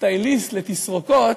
סטייליסט לתסרוקות,